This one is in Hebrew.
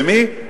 ולמי?